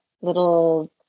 little